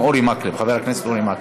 חבר הכנסת אורי מקלב.